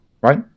right